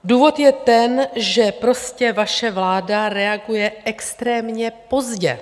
Důvod je ten, že prostě vaše vláda reaguje extrémně pozdě.